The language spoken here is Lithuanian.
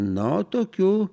no tokiu